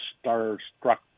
star-struck